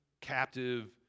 captive